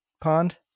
pond